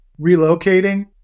relocating